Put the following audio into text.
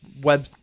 web